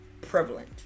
prevalent